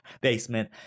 basement